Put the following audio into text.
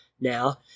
now